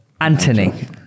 Anthony